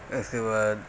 اس کے بعد